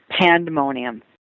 pandemonium